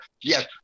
Yes